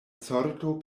sorto